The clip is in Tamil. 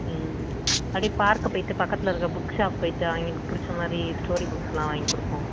ம் அப்டே பார்க்கு போய்விட்டு பக்கத்தில் இருக்கிற புக் ஷாப் போய்விட்டு அவய்ங்களுக்கு பிடிச்ச மாதிரி ஸ்டோரி புக்ஸ்லாம் வாங்கி கொடுப்போம்